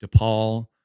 DePaul